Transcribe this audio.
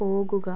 പോകുക